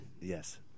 Yes